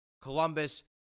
Columbus